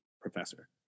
professor